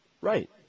Right